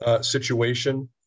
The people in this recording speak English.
situation